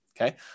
Okay